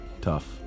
Tough